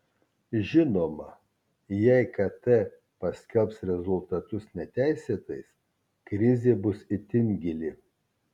žinoma jei kt paskelbs rezultatus neteisėtais krizė bus itin gili